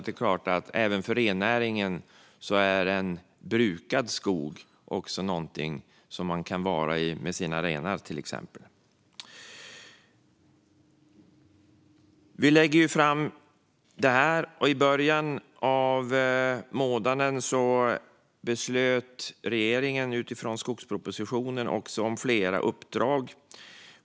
Det är klart att även för rennäringen är en brukad skog också någonting som man kan vara i med sina renar, till exempel. Vi lägger fram det här, och i början av månaden beslutade regeringen utifrån skogspropositionen om flera uppdrag.